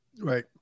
Right